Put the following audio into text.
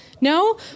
No